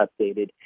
updated